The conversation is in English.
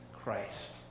Christ